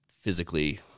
physically